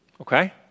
Okay